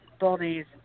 bodies